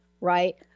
right